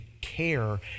care